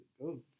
go